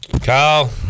Kyle